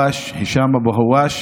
הישאם אבו הואש.